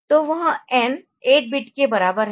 तो वह n 8 bit के बराबर है